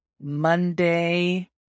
Monday